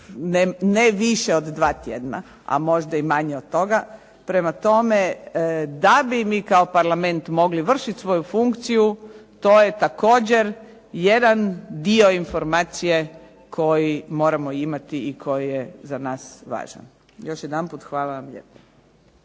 ne više od dva tjedna a možda i manje od toga. Prema tome, da bi mi kao Parlament mogli vršiti svoju funkciju to je također jedan dio informacije koji moramo imati i koja je za nas važan. Još jedanput hvala vam lijepo.